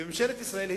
ממשלת ישראל,